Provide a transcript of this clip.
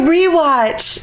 rewatch